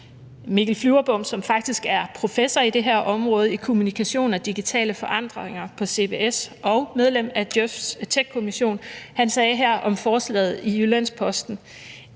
Mikkel Flyverbom, som faktisk er professor på CBS på det her område – kommunikation og digitale forandringer – og medlem af djøf's tech-kommission, sagde om forslaget her i Jyllands-Posten: